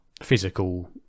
Physical